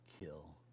kill